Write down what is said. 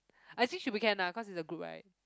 I think should be can ah cause it's a group right